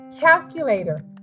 Calculator